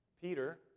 Peter